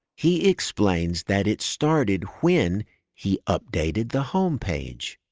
he explains that it started when he updated the homepage.